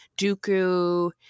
Dooku